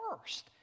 first